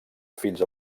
fins